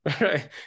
right